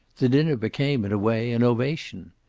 the dinner became, in a way, an ovation.